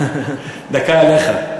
דקה עליך.